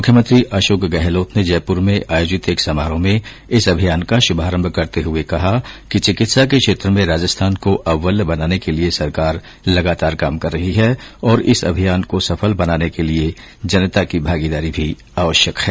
मुख्यमंत्री अशोक गहलोत ने जयपूर में आयोजित एक समारोह में इस अभियान का शुभारम्भ करते हुए कहा कि चिकित्सा के क्षेत्र में राजस्थान को अव्वल बनाने के लिए सरकार लगातार काम कर रही है और इस अभियान को सफल बनाने के लिए जनता की भागीदारी भी आवश्यक है